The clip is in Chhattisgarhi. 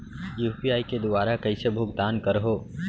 यू.पी.आई के दुवारा कइसे भुगतान करहों?